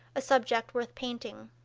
a subject worth painting.